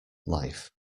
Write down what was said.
life